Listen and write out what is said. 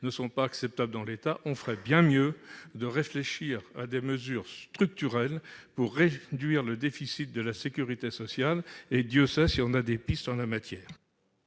ne sont pas acceptables en l'état. Nous ferions bien mieux de réfléchir à des mesures structurelles pour réduire le déficit de la sécurité sociale- Dieu sait si les pistes sont nombreuses